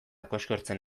koskortzen